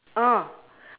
oh